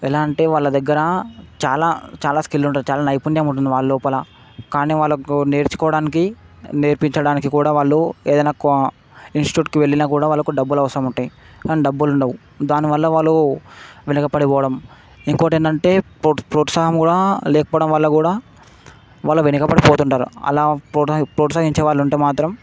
ఎలా అంటే వాళ్ళ దగ్గరా చాలా చాలా స్కిల్ ఉంటుంది చాలా నైపుణ్యం ఉంటుంది వాళ్ళ లోపల కానీ వాళ్లకు నేర్చుకోవడానికి నేర్పించడానికి కూడా వాళ్ళు ఏదయినా కో ఇన్స్ట్యూట్కు వెళ్లిన కూడా వాళ్లకు డబ్బులవసరం ఉంటయి కాని డబ్బులు ఉండవు దానివల్ల వాళ్ళు వెనకపడిపోవడం ఇంకోటి ఏందంటే ప్రో ప్రోత్సాహం కూడా లేకపోవడంవల్ల కూడా వాళ్ళ వెనకపడిపోతుంటారు అలా పోత్ ప్రోత్సహించే వాళ్ళు ఉంటే మాత్రం